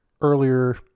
earlier